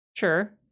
Sure